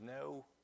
no